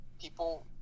people